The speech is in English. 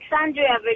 Alexandria